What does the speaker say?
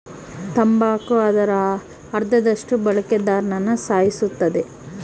ತಂಬಾಕು ಅದರ ಅರ್ಧದಷ್ಟು ಬಳಕೆದಾರ್ರುನ ಸಾಯಿಸುತ್ತದೆ